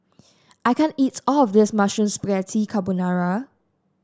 I can't eat all of this Mushroom Spaghetti Carbonara